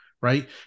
right